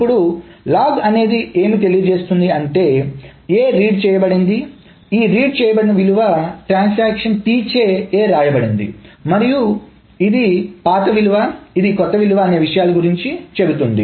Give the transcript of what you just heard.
ఇప్పుడు లాగ్ అనేది ఏమి తెలియజేస్తుంది అంటే A రీడ్ చేయబడింది ఈ రీడ్ చేయబడిన విలువ ట్రాన్సాక్షన్ T చే A వ్రాయబడింది మరియు ఇది పాత విలువ ఇది కొత్త విలువ అనే విషయాల గురించి చెబుతుంది